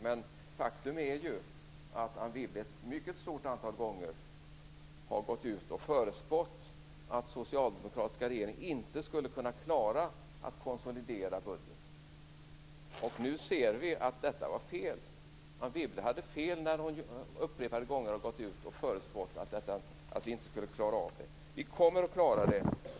Men faktum är ju att Anne Wibble ett mycket stort antal gånger har gått ut och förutspått att den socialdemokratiska regeringen inte skulle kunna klara att konsolidera budgeten. Nu ser vi att Anne Wibble hade fel. Vi kommer att klara det.